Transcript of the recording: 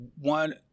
one